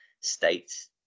states